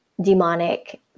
demonic